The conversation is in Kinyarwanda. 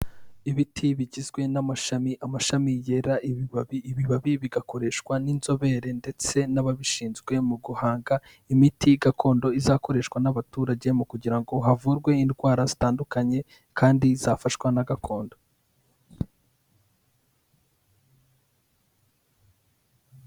Ibiti bigizwe n'amashami, amashami yera ibibabi, ibibabi bigakoreshwa n'inzobere ndetse n'ababishinzwe mu guhanga imiti gakondo izakoreshwa n'abaturage mu kugira ngo havurwe indwara zitandukanye kandi zafashwa na gakondo.